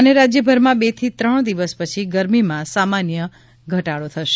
ઃ રાજ્યભરમાં બે ત્રણ દિવસ પછી ગરમીમાં સામાન્ય ઘટાડો થશે